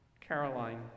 Caroline